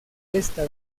esta